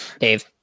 Dave